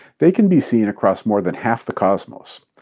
they can be seen across more than half the cosmos.